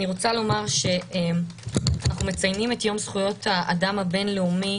אני רוצה לומר שאנחנו מציינים את יום זכויות האדם הבין-לאומי